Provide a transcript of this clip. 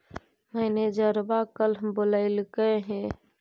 मैनेजरवा कल बोलैलके है?